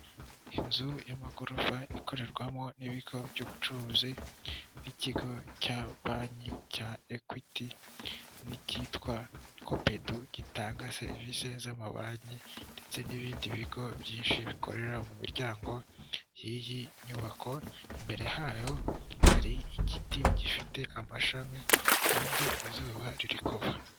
Inzu y'amagorofa ikorerwamo n'ibigo by'ubucuruzi nk'ikigo cya banki cya ekwiti n'icyitwa kopedu gitanga serivisi z'amabanki ndetse n'ibindi bigo byinshi bikorera mu miryango y'iyi nyubako, imbere hayo hari igiti gifite amashami hanze izuba riri kuva.